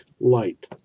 light